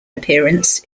appearance